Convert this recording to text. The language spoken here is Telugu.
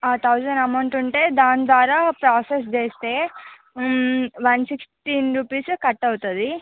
ఆ థౌజండ్ అమౌంట్ ఉంటే దాని ద్వారా ప్రాసెస్ చేస్తే వన్ సిక్స్టీన్ రుపీస్ కట్ అవుతుంది